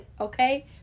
Okay